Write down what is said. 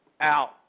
out